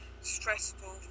stressful